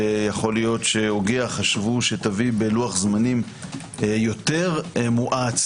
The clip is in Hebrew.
שיכול להיות שהוגיה חשבו שתבוא בלוח זמנים יותר מואץ